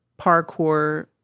parkour